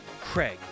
Craig